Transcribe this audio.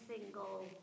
single